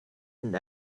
and